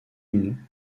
une